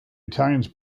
italians